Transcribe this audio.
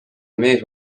mees